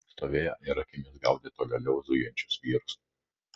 stovėjo ir akimis gaudė tolėliau zujančius vyrus